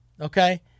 okay